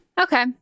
Okay